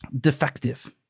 defective